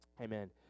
Amen